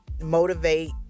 motivate